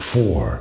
Four